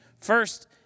first